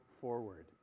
forward